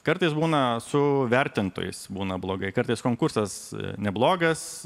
kartais būna su vertintojais būna blogai kartais konkursas neblogas